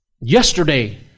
yesterday